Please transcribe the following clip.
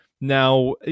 Now